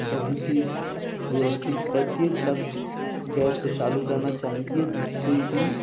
सभी चीज़ व्यवस्थित करके तब गैस को चालू करना चाहिए जिससे कि